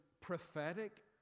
prophetic